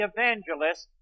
Evangelist